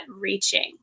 reaching